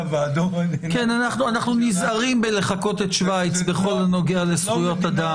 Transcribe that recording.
אנחנו נזהרים מלחקות את שוויץ בכל הנוגע לזכויות אדם.